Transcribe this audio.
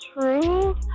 true